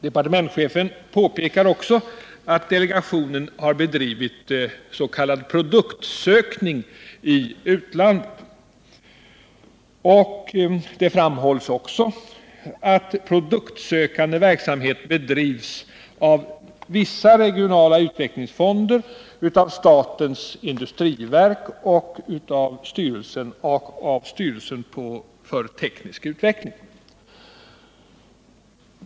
Departementschefen påpekar också att delegationen har bedrivit s.k. produktsökning i utlandet. Det framhålls även att produktsökande verksamhet bedrivs av vissa regionala utvecklingsfonder, av statens industriverk och av styrelsen för teknisk utveckling.